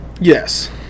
Yes